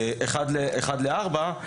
אחד לארבע,